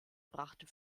brachte